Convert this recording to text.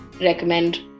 recommend